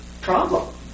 problem